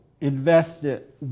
invested